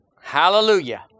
Hallelujah